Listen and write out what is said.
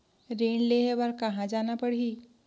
ऋण लेहे बार कहा जाना पड़ही?